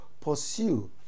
pursue